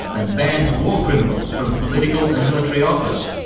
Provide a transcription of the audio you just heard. and bans war criminals from political and military office.